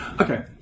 Okay